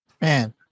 Man